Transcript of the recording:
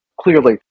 Clearly